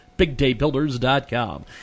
BigDayBuilders.com